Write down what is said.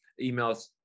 emails